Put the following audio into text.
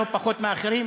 לא פחות מאחרים,